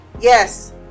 yes